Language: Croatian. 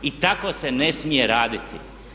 I tako se ne smije raditi.